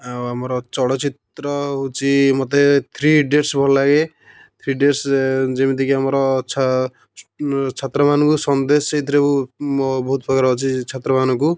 ଆଉ ଆମର ଚଳଚିତ୍ର ହେଉଛି ମୋତେ ଥ୍ରୀ ଇଡି଼ଅଟସ୍ ଭଲଲାଗେ ଥ୍ରୀ ଇଡି଼ଅଟସ୍ରେ ଯେମିତିକି ଆମର ଛ ଛାତ୍ର ମାନଙ୍କୁ ସନ୍ଦେଶ ସେହିଥିରୁ ବହୁତ ପ୍ରକାର ଅଛି ଛାତ୍ର ମାନଙ୍କୁ